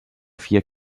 vier